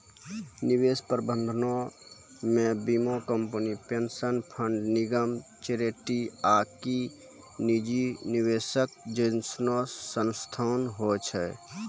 निवेश प्रबंधनो मे बीमा कंपनी, पेंशन फंड, निगम, चैरिटी आकि निजी निवेशक जैसनो संस्थान होय छै